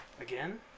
Again